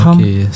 Okay